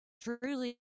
truly